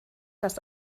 das